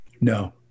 No